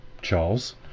Charles